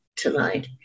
tonight